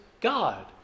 God